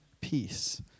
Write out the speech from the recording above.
peace